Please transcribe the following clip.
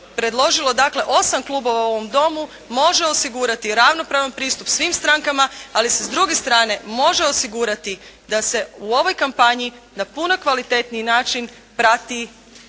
predložilo dakle, osam klubova u ovom Domu može osigurati ravnopravan pristup svim strankama ali se s druge strane može osigurati da se u ovoj kampanji na puno kvalitetniji način prati